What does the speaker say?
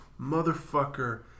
motherfucker